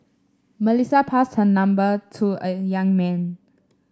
Melissa passed her number to the young man